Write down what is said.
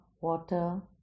water